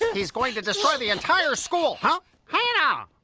he's going to destroy the entire school! huh? hanah! oh